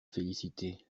félicité